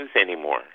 anymore